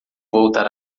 voltar